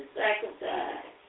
sacrifice